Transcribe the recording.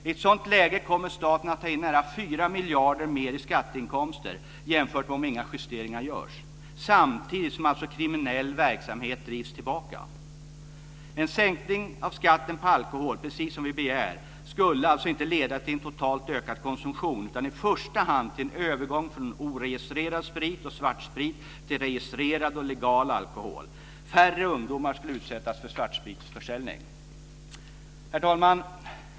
I ett sådant läge kommer staten att ta in nära 4 miljarder kronor mer i skatteinkomster jämfört med om inga justeringar görs. Samtidigt drivs kriminell verksamhet tillbaka. En sänkning av skatten på alkohol, precis som vi begär, skulle alltså inte leda till en totalt ökad konsumtion utan i första hand till en övergång från oregistrerad sprit och svartsprit till registrerad och legal alkohol. Färre ungdomar skulle utsättas för svartspritförsäljning. Herr talman!